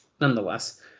nonetheless